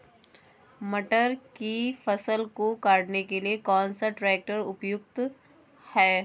मटर की फसल को काटने के लिए कौन सा ट्रैक्टर उपयुक्त है?